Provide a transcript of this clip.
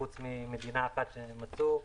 חוץ ממדינה אחת שמצאו,